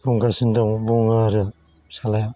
बुंगासिनो दं बुङो आरो फिसालाया